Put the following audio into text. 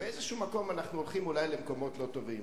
שבאיזשהו מקום אנחנו הולכים אולי למקומות לא טובים.